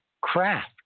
craft